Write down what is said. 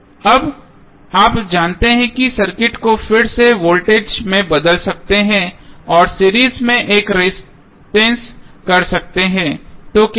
अब आप जानते हैं कि आप सर्किट को फिर से वोल्टेज में बदल सकते हैं और सीरीज में एक रेजिस्टेंस कर सकते हैं तो क्या होगा